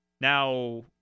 Now